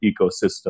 ecosystem